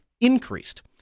increased